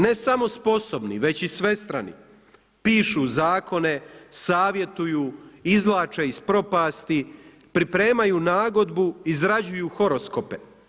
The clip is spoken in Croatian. Ne samo sposobni, već i svestrani, pišu zakone, savjetuju, izvlače iz propasti, pripremaju nagodbu, izrađuju horoskope.